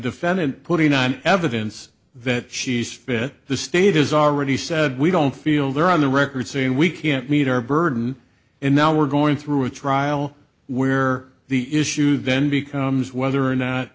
defendant putting on evidence that she spent the state has already said we don't feel they're on the record saying we can't meet our burden and now we're going through a trial where the issue then becomes whether or not